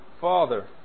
Father